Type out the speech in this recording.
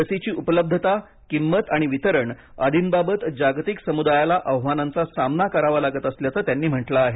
लसीची उपलब्धता किमत आणि वितरण आदींबाबत जागतिक समुदायाला आव्हानांचा सामना करावा लागत असल्याचं त्यांनी म्हटलं आहे